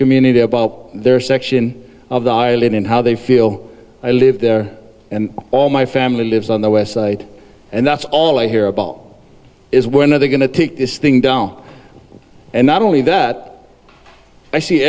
community about their section of our lives and how they feel i live there and all my family lives on the west side and that's all i hear a ball is when are they going to take this thing down and not only that i see